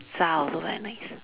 pizza also very nice